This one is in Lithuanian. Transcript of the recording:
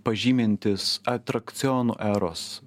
pažymintis atrakcionų eros